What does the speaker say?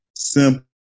simple